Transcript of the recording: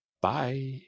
Bye